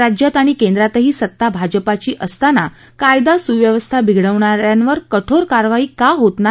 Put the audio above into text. राज्यात आणि केंद्रातही सत्ता भाजपाची सत्ता असतांना कायदा सुव्यवस्था बिघडवणाऱ्यांवर कठोर कारवाई का होत नाही